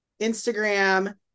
Instagram